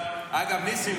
ניסים,